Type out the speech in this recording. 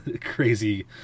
crazy